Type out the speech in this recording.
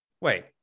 wait